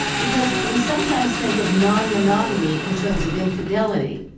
because we sometimes think of non-monogamy in terms of infidelity,